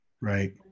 right